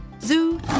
Zoo